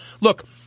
look